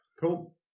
Cool